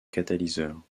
catalyseur